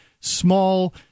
small